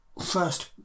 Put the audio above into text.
first